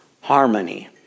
Harmony